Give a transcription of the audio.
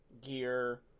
gear